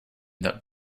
that